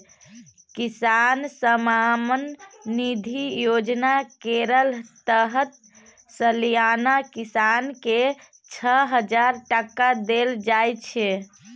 किसान सम्मान निधि योजना केर तहत सलियाना किसान केँ छअ हजार टका देल जाइ छै